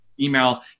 Email